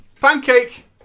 Pancake